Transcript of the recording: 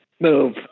move